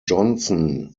johnson